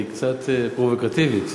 היא קצת פרובוקטיבית.